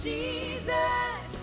Jesus